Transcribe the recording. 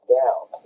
down